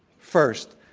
first,